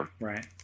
Right